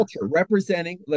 representing